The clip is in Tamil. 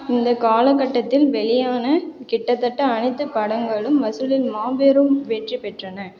இந்தக் காலகட்டத்தில் வெளியான கிட்டத்தட்ட அனைத்துப் படங்களும் வசூலில் மாபெரும் வெற்றி பெற்றன